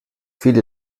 viele